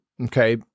Okay